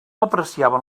apreciaven